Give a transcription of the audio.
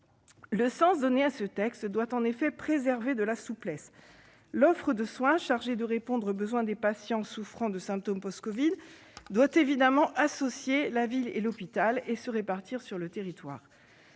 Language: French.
le sens donné à ce texte doit préserver une part de souplesse : l'offre de soins chargée de répondre aux besoins des patients souffrant de symptômes post-covid doit évidemment associer la ville et l'hôpital et être répartie sur l'ensemble